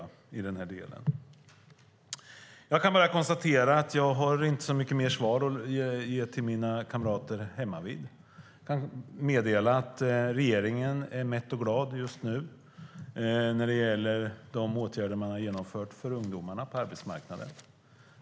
Jag kan bara konstatera att jag inte har så mycket mer svar att ge till mina kamrater hemmavid. Jag kan meddela att regeringen är mätt och glad just nu, när det gäller de åtgärder på arbetsmarknaden som man har genomfört för ungdomarna.